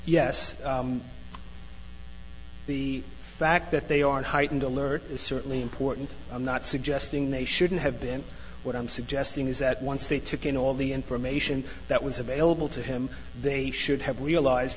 yes the fact that they are heightened alert is certainly important i'm not suggesting they shouldn't have been what i'm suggesting is that once they took in all the information that was available to him they should have realized